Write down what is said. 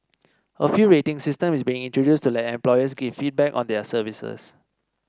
a few rating system is being introduced to let employers give feedback on their services